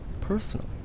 personally